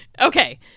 Okay